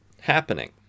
happening